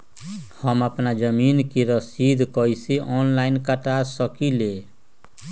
हम अपना जमीन के रसीद कईसे ऑनलाइन कटा सकिले?